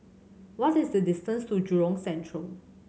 what is the distance to Jurong Central